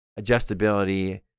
adjustability